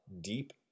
deep